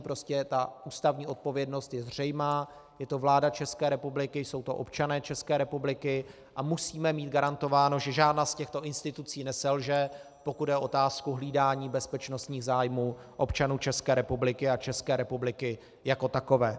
Prostě ta ústavní odpovědnost je zřejmá, je to vláda České republiky, jsou to občané České republiky a musíme mít garantováno, že žádná z těchto institucí neselže, pokud jde o otázku hlídání bezpečnostních zájmů občanů České republiky a České republiky jako takové.